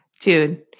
Dude